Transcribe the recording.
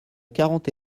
quarante